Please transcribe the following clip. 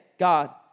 God